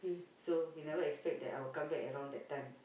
so he never expect that I will come back around that time